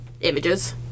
images